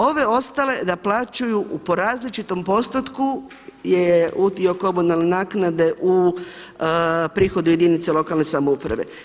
Ove ostale naplaćuju po različitom postotku, je udio komunalne naknade u prihodu jedinice lokalne samouprave.